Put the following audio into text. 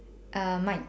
uh mine